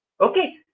Okay